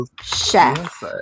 Chef